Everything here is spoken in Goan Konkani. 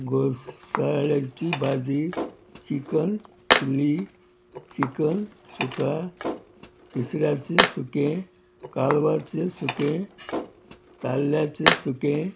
घोसाळ्याची भाजी चिकन चिली चिकन सुका तिसऱ्याचें सुकें कालवारचें सुकें ताल्ल्याचें सुकें